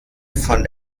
von